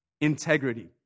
integrity